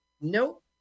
Nope